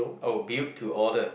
oh build to order